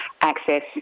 access